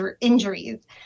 injuries